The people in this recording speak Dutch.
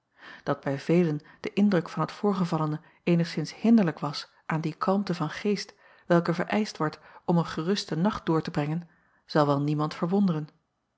at bij velen de indruk van het voorgevallene eenigszins hinderlijk was aan die kalmte van geest welke vereischt wordt om een geruste nacht door te brengen zal wel niemand verwonderen